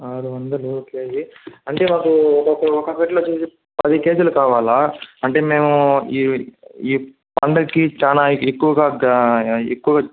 ఆరు వందలు కేజీ అంటే మాకు ఒక ఒకొకట్లు వచ్చి పది కేజీలు కావాలా అంటే మేము ఈ ఈ పండగకి చాలా ఎక్కువగా గ్రా ఎక్కువ